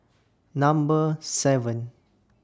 Number seven